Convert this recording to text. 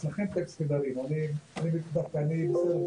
רציתי וקיוויתי שמנכ"ל משרד הפנים ו/או השרה יהיו שם,